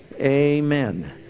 amen